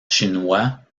chinois